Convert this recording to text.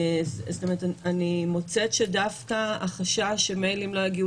אני מוצאת שדווקא החשש שמיילים לא יגיעו